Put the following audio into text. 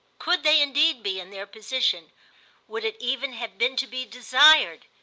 could they indeed be, in their position would it even have been to be desired?